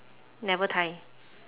never tie